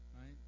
right